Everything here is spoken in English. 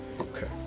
Okay